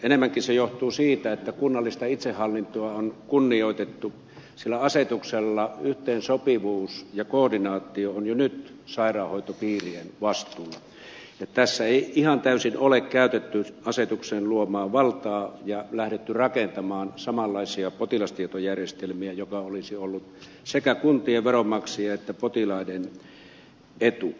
enemmänkin se johtuu siitä että kunnallista itsehallintoa on kunnioitettu sillä asetuksessa yhteensopivuus ja koordinaatio on jo nyt sairaanhoitopiirien vastuulla mutta tässä ei ihan täysin ole käytetty asetuksen luomaa valtaa ja lähdetty rakentamaan samanlaisia potilastietojärjestelmiä mikä olisi ollut sekä kuntien veronmaksajien että potilaiden etu